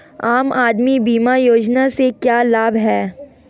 आम आदमी बीमा योजना के क्या लाभ हैं?